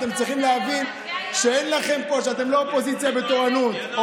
אתם צריכים להבין שאתם לא אופוזיציה בתורנות.